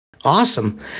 Awesome